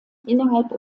innerhalb